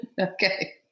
Okay